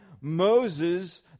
Moses